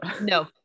no